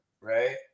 right